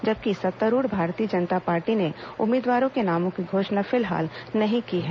जबकि सत्तारूढ भारतीय जनता पार्टी ने उम्मीदवारों के नामों की घोषणा फिलहाल नहीं की है